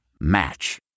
Match